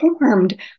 formed